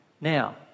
now